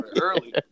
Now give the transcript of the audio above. early